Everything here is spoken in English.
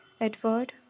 Edward